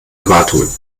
erwartungen